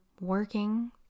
working